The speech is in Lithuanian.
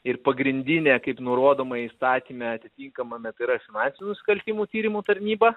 ir pagrindinė kaip nurodoma įstatyme atitinkamame tai yra finansinių nusikaltimų tyrimų tarnyba